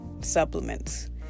supplements